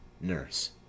Nurse